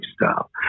lifestyle